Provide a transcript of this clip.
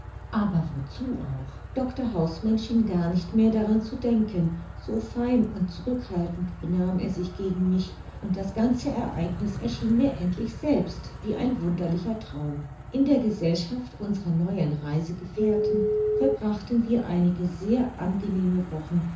aber wozu auch dr hausmann schien gar nicht mehr daran zu denken so fein und zurückhaltend benahm er sich gegen mich und das ganze ereigniß erschien mir endlich selbst wie ein wunderlicher traum in der gesellschaft unserer neuen reisegefährten verbrachten wir einige sehr angenehme wochen